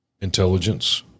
intelligence